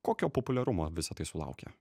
kokio populiarumo visa tai sulaukė